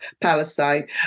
Palestine